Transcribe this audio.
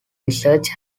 research